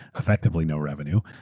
effectively no revenue,